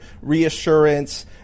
reassurance